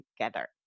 together